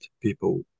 people